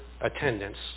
attendance